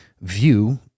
view